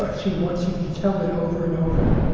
ah she wants you to tell it over and over.